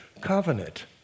covenant